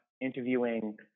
interviewing